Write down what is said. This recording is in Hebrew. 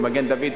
ומגן-דוד,